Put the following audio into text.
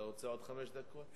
אתה רוצה עוד חמש דקות?